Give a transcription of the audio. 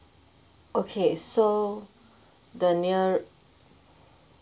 okay so the near